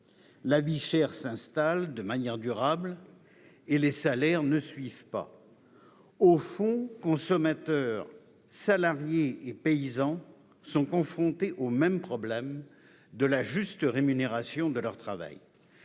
La vie chère s'installe de manière durable, et les salaires ne suivent pas. Au fond, consommateurs, salariés et paysans sont confrontés au même problème de la juste rémunération de leur travail.